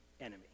enemy